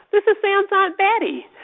this is sam's aunt betty.